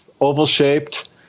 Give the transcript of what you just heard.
oval-shaped